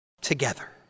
together